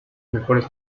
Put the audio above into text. mejores